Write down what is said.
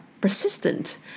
persistent